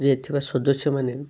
ଏଥିରେ ଥିବା ସଦସ୍ୟମାନେ